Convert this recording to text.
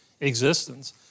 existence